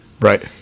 Right